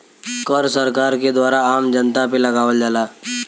कर सरकार के द्वारा आम जनता पे लगावल जाला